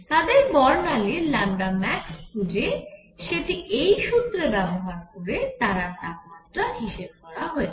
তাদের বর্ণালীর max খুঁজে সেটি এই সুত্রে ব্যবহার করে তারার তাপমাত্রা হিসেব করা হয়েছিল